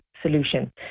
solution